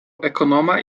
ekonoma